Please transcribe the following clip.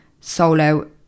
solo